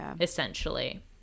essentially